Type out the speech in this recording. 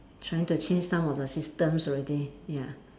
trying to change some of the systems already ya